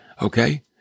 okay